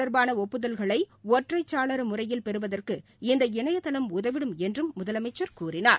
தொடர்பானஒப்புதல்களைஒற்றைசாளரமுறையில் பெறுவதற்கு திரைப்படம் இணையதளம் இந்த உதவிடும் என்றும் முதலமைச்சர் கூறினார்